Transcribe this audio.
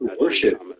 worship